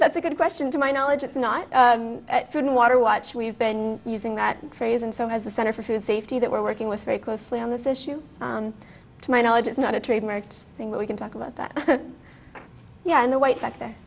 that's a good question to my knowledge it's not food and water watch we've been using that phrase and so has the center for food safety that we're working with very closely on this issue to my knowledge it's not a trademarked thing we can talk about that yeah and the white factor